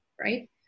right